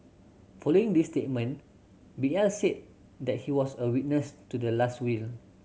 following this statement B L said that he was a witness to the last will